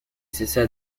cessa